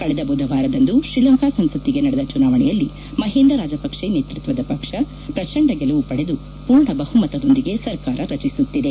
ಕಳೆದ ಬುಧವಾರದಂದು ಶ್ರೀಲಂಕಾ ಸಂಸತ್ತಿಗೆ ನಡೆದ ಚುನಾವಣೆಯಲ್ಲಿ ಮಹಿಂದಾ ರಾಜಪಕ್ಲೆ ನೇತೃತ್ವದ ಪಕ್ಷ ಪ್ರಚಂಡ ಗೆಲುವು ಪಡೆದು ಪೂರ್ಣ ಬಹುಮತದೊಂದಿಗೆ ಸರ್ಕಾರ ರಚಿಸುತ್ತಿದೆ